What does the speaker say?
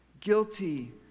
guilty